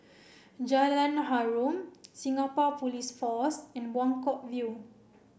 Jalan Harum Singapore Police Force and Buangkok View